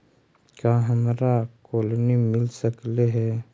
का हमरा कोलनी मिल सकले हे?